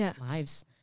lives